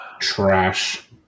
Trash